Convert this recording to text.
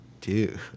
Dude